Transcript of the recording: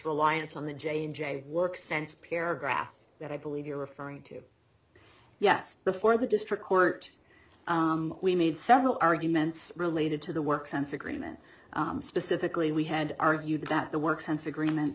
reliance on the jane j work sense paragraph that i believe you're referring to yes before the district court we made several arguments related to the work sense agreement specifically we had argued that the work sense agreement